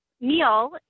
Neil